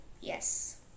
Yes